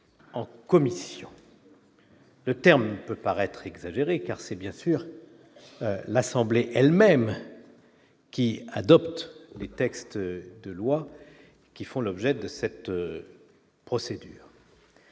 en commission le terme peut paraître exagéré, car c'est bien sûr l'assemblée elle-même qui adopte le texte de loi qui font l'objet de cette procédure.